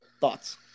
Thoughts